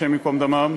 השם ייקום דמם,